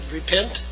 repent